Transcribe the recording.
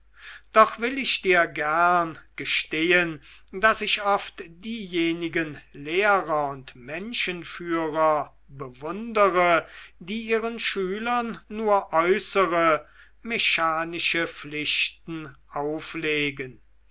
doch will ich dir gern gestehen daß ich oft diejenigen lehrer und menschenführer bewundere die ihren schülern nur äußere mechanische pflichten auflegen